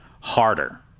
harder